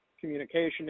communication